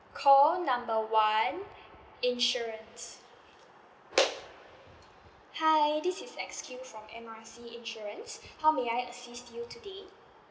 call number one insurance hi this is X_Q from M R C insurance how may I assist you today